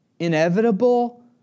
Inevitable